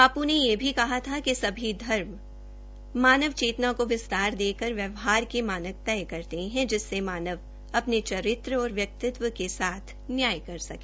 बापू ने यह भी कहा था सभी धर्म मावन चेतना को विस्तार देकर व्यवहार के मानक तय करते है जिसने मानव अपने चरित्र और व्यक्तित्व के साथ न्याय कर सके